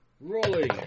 rolling